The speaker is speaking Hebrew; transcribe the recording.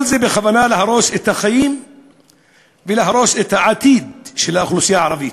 כל זה בכוונה להרוס את החיים ולהרוס את העתיד של האוכלוסייה הערבית.